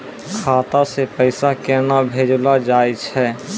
खाता से पैसा केना भेजलो जाय छै?